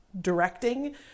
directing